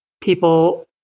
people